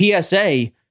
PSA